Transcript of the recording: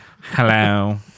Hello